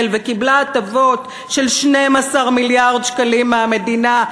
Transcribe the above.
וקיבלה הטבות של 12 מיליארד שקלים מהמדינה,